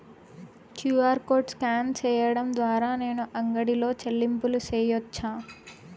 QR code scan సేయడం ద్వారా నేను అంగడి లో చెల్లింపులు సేయొచ్చా?